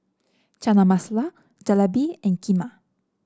Chana Masala Jalebi and Kheema